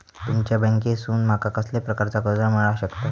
तुमच्या बँकेसून माका कसल्या प्रकारचा कर्ज मिला शकता?